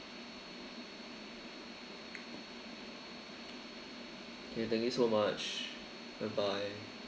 okay thank you so much bye bye